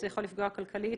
זה יכול לפגוע כלכלית.